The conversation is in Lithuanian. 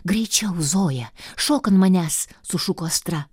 greičiau zoja šok ant manęs sušuko astra